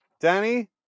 Danny